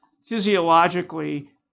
physiologically